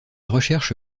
recherche